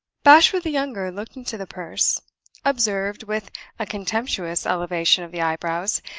bashwood the younger looked into the purse observed, with a contemptuous elevation of the eyebrows,